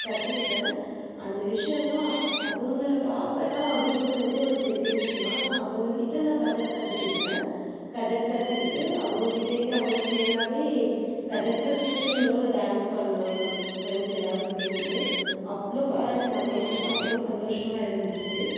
கற்றுக்கிட்டேன் அந்த விஷயம்லாம் அவங்களப் பார்ப்பேன்னா அப்படின்ங்கிறதே ஒரு பெரிய விஷயம் ஆனால் அவங்கள்கிட்ட நான் கதக் கற்றுக்கிட்டேன் கதக் கற்றுக்கிட்டு அவங்கள்கிட்டயே அவங்களுக்கு நேராகவே கதக்கில் ஃப்யூஷனில் ஒரு டான்ஸ் பண்ணோம் எங்கள் ஃப்ரெண்ட்ஸ் எல்லாரும் சேர்ந்து அவ்வளோ பாராட்டுனாங்க எனக்குலாம் அவ்வளோ சந்தோஷமாக இருந்துச்சு